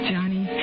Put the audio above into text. Johnny